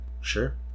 sure